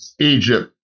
Egypt